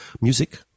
music